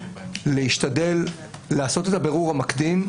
להשתדל לעשות את הבירור המקדים,